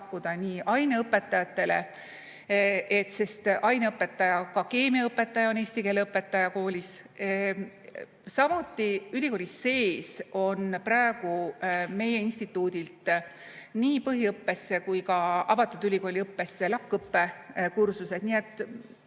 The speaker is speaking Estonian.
pakkuda aineõpetajatele, sest aineõpetaja, ka keemiaõpetaja on eesti keele õpetaja koolis. Samuti ülikoolis sees on praegu meie instituudilt nii põhiõppesse kui ka avatud ülikooli õppesse LAK-õppe kursused. Alati